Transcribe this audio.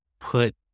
put